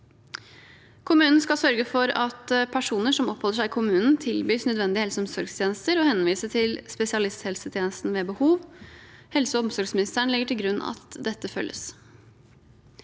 Kommunen skal sørge for at personer som oppholder seg i kommunen, tilbys nødvendige helse- og omsorgstjenester og skal henvise til spesialisthelsetjenesten ved behov. Helse- og omsorgsministeren legger til grunn at dette følges.